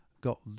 got